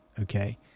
okay